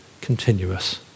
continuous